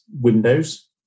windows